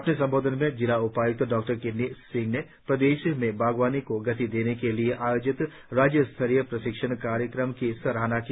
अपने संबोधन में जिला उपाय्क्त डॉ किन्नी सिंह ने प्रदेश में बागवानी को गति देने के लिए आयोजित राज्य स्तरीय प्रशिक्षण कार्यक्रम की सराहना की